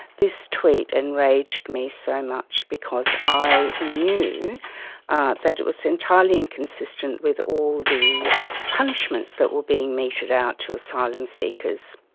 this tweet enraged me so much because i knew that it was entirely inconsistent with all the punishments that were being meted out to asylum seekers.